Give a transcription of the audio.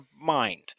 mind